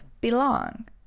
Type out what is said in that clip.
belong